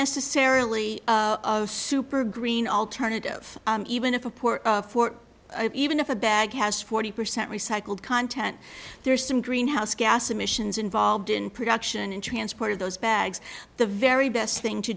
necessarily a super green alternative even if a port for even if a bag has forty percent recycled content there's some greenhouse gas emissions involved in production and transport of those bags the very best thing to